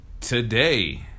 Today